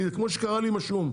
כמו שקרה לי עם השום,